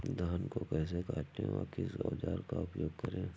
धान को कैसे काटे व किस औजार का उपयोग करें?